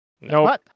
No